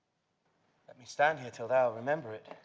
let me stand here till thou remember it.